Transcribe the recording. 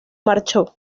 marchó